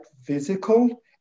physical